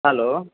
hello